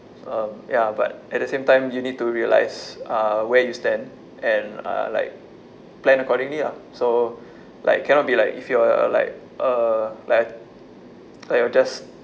um ya but at the same time you need to realise uh where you stand and uh like plan accordingly ah so like cannot be like if you are like uh like like you're just